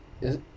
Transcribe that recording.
is it